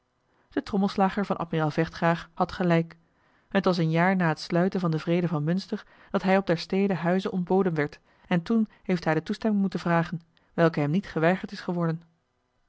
de trommelslager van admiraal vechtgraag had gelijk het was een jaar na het sluiten van den vrede van munster dat hij op der stede huis ontboden werd en toen heeft hij de toestemming moeten vragen welke hem niet geweigerd is geworden